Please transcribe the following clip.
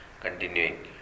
Continuing